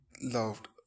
loved